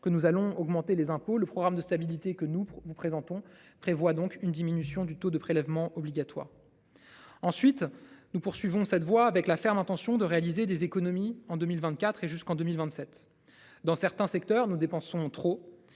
que nous allons augmenter les impôts. Le programme de stabilité que nous vous présentons prévoit donc une diminution du taux de prélèvements obligatoires. Ensuite nous poursuivons cette voie avec la ferme intention de réaliser des économies en 2024 et jusqu'en 2027. Dans certains secteurs, nous dépensons trop